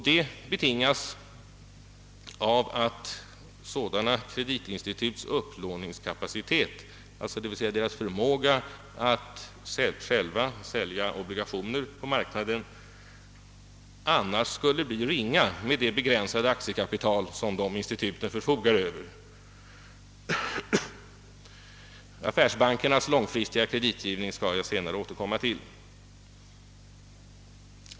Detta betingas av att sådana kreditinstituts upplåningskapacitet, d. v. s. deras förmåga att själva sälja obligationer på marknaden, annars skulle bli ringa med det begränsade aktiekapital som dessa institut förfogar över. Affärsbankernas långfristiga kreditgivning skall jag senare återkomma till.